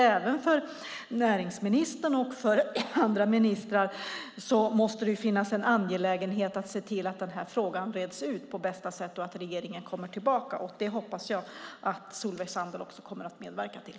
Även för näringsministern och för andra ministrar måste det nämligen finns en angelägenhet att se till att frågan reds ut på bästa sätt och att regeringen kommer tillbaka. Det hoppas jag också att Solveig Zander kommer att medverka till.